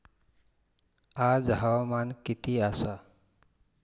आज हवामान किती आसा?